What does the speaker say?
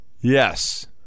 Yes